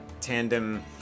Tandem